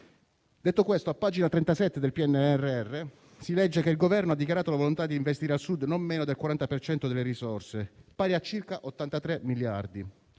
Detto questo, a pagina 37 del PNRR si legge che il Governo ha dichiarato la volontà di investire al Sud non meno del 40 per cento delle risorse, pari a circa 83 miliardi.